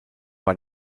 war